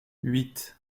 huit